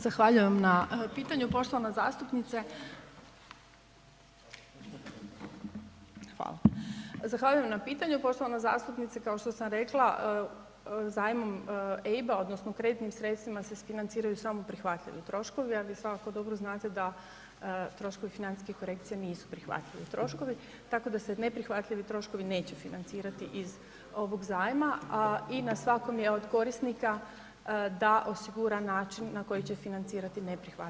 Zahvaljujem na pitanju poštovana zastupnice, hvala, zahvaljujem na pitanju poštovana zastupnice kao što sam rekla zajmom EIB-a odnosno kreditnim sredstvima se financiraju samo prihvatljivi troškovi, a vi svakako dobro znate da troškovi financijskih korekcija nisu prihvatljivi troškovi, tako da ne neprihvatljivi troškovi neće financirati iz ovog zajma, a i na svakom je od korisnika da osigura način na koji će financirati neprihvatljive troškove.